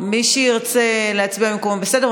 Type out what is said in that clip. מי שירצה להצביע ממקומו, בסדר.